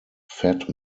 fat